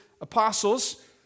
apostles